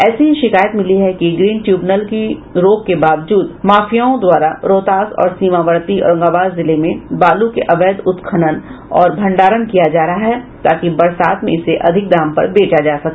ऐसी शिकायत मिली है कि ग्रीन ट्रिब्यूनल की रोक के बावजूद माफियाओं द्वारा रोहतास और सीमावर्ती औरंगाबाद जिले में बालू के अवैध उत्खनन और भंडारण किया जा रहा है ताकि बरसात में इसे अधिक दाम पर बेचा जा सके